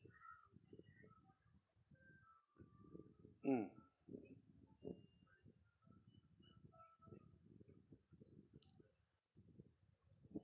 mm